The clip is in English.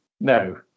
No